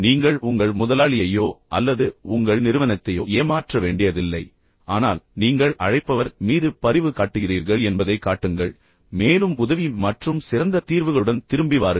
நீங்கள் உங்கள் முதலாளியையோ அல்லது உங்கள் நிறுவனத்தையோ ஏமாற்ற வேண்டியதில்லை ஆனால் நீங்கள் அழைப்பவர் மீது பரிவு காட்டுகிறீர்கள் என்பதைக் காட்டுங்கள் மேலும் உதவி மற்றும் சிறந்த தீர்வுகளுடன் திரும்பி வாருங்கள்